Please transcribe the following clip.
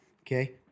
okay